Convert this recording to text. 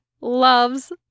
loves